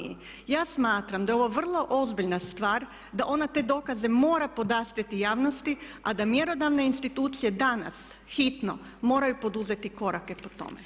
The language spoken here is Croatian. Ja smatram da je ovo vrlo ozbiljna stvar, da ona te dokaze mora podastrijeti javnosti, a da mjerodavne institucije danas hitno moraju poduzeti korake po tome.